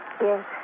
Yes